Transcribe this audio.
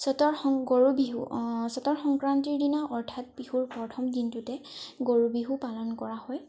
চ'তৰ সং গৰু বিহু চ'তৰ সংক্ৰান্তিৰ দিনা অৰ্থাৎ বিহুৰ প্ৰথম দিনটোতে গৰু বিহু পালন কৰা হয়